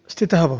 स्थितः भवति